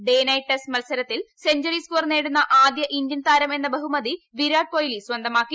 day night test മത്സരത്തിൽ century score നേടുന്ന ആദ്യ ഇന്ത്യൻ താരം എന്ന ബഹുമതി വിരാട് കൊഹ്ലി സ്വന്തമാക്കി